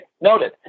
noted